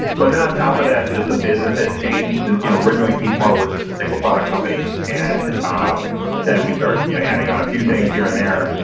but then, on top of that, just the business has changed and, you know, originally, keysmart was just a single product company. and then, we started, you know, adding on a few things here and there,